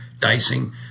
dicing